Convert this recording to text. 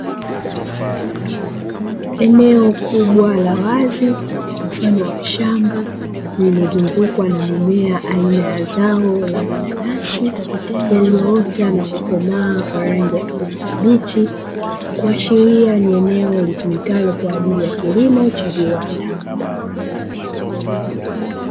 Eneo kubwa la wazi mfano wa shamba lililozungukwa na mimea aina ya la mananasi, yaliyoota na kukomaa kwa rangi ya kijani kibichi; kuashiria ni eneo litumikalo kwa ajili ya kilima cha viwanda.